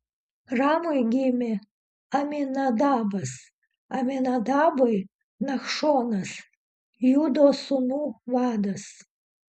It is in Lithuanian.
ramui gimė aminadabas aminadabui nachšonas judo sūnų vadas